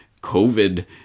COVID